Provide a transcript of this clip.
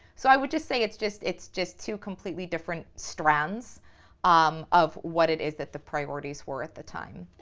so i would just say it's just it's just two completely different strands um of what it is that the priorities were at the time,